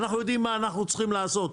אנחנו יודעים מה אנחנו צריכים לעשות.